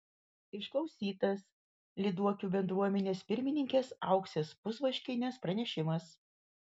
išklausytas lyduokių bendruomenės pirmininkės auksės pusvaškienės pranešimas